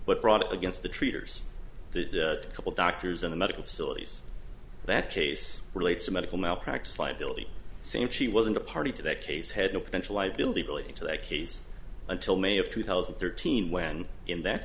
but brought against the treaters the couple doctors in the medical facilities that case relates to medical malpractise liability same she wasn't a party to that case had no potential liability relating to that case until may of two thousand and thirteen when in that